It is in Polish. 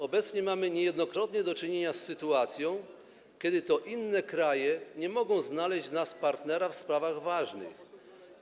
Obecnie mamy niejednokrotnie do czynienia z sytuacją, kiedy to inne kraje nie mogą znaleźć w nas partnera w ważnych sprawach.